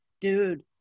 dude